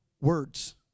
Words